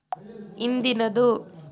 ಇಂದಿನದು